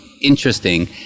interesting